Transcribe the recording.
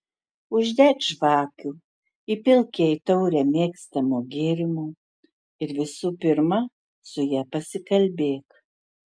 uždek žvakių įpilk jai taurę mėgstamo gėrimo ir visų pirma su ja pasikalbėk